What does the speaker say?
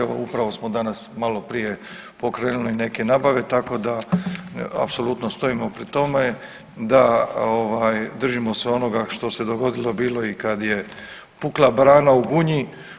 Evo upravo smo danas malo prije pokrenuli neke nabave, tako da apsolutno stojimo pri tome da držimo se onoga što se dogodilo bilo kad je pukla brana u Gunji.